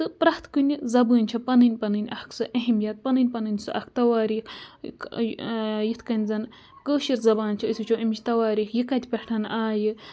تہٕ پرٛٮ۪تھ کُنہِ زَبٲنۍ چھِ پَنٕنۍ پَنٕنۍ اَکھ سُہ اہمیت پَنٕنۍ پَنٕنۍ سُہ اَکھ تواریٖخ یِتھ کٔنۍ زَن کٲشِر زَبان چھِ أسۍ وٕچھو اَمِچ تَواریٖخ یہِ کَتہِ پٮ۪ٹھ آیہِ